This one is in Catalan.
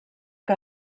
que